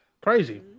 Crazy